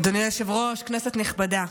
אדוני היושב-ראש, כנסת נכבדה,